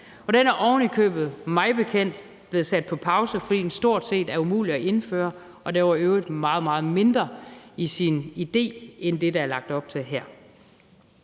og den er ovenikøbet mig bekendt blevet sat på pause, fordi den stort set er umulig at indføre. Den var i øvrigt meget, meget mindre i sin idé end det, der er lagt op til her.